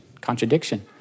contradiction